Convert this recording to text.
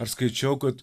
ar skaičiau kad